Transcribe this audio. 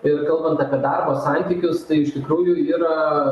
ir kalbant apie darbo santykius tai iš tikrųjų yra